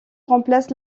remplace